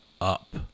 up